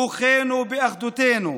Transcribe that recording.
כוחנו באחדותנו,